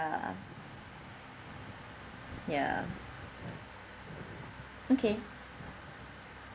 ya okay